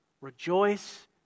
Rejoice